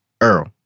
Earl